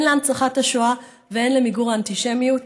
הן להנצחת השואה והן למיגור האנטישמיות,